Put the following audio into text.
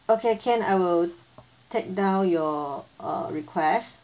okay can I will take down your uh request